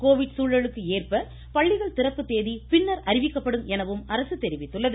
Covid சூழலுக்கு ஏற்ப பள்ளிகள் திறப்பு தேதி பின்னர் அறிவிக்கப்படும் எனவும் அரசு தெரிவித்துள்ளது